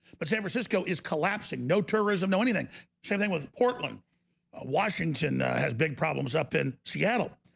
but san francisco is collapsing no tourism. no anything same thing was a portland washington has big problems up in seattle